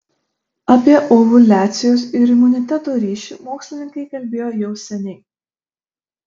apie ovuliacijos ir imuniteto ryšį mokslininkai kalbėjo jau seniai